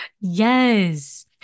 Yes